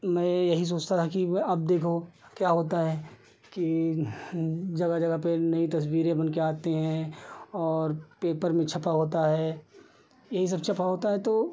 मैं यही सोचता था कि अब देखो क्या होता है कि जगह जगह पर नई तस्वीरें बनकर आती हैं और पेपर छपा होता है यही सब छपा होता है तो